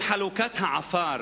אם חלוקת העפר